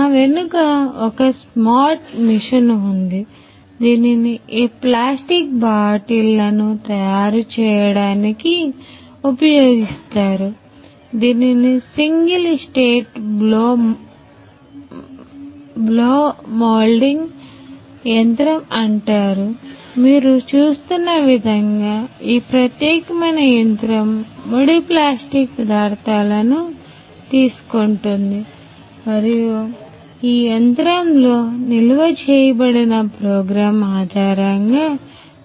నా వెనుక ఒక స్మార్ట్ మెషిన్ ఉంది దీనిని ఈ ప్లాస్టిక్ బాటిళ్లను తయారు చేయడానికి ఉపయోగిస్తారు దీనిని సింగిల్ స్టేట్ బ్లో మోల్డింగ్ ఆధారంగా